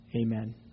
Amen